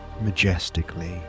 majestically